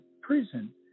prison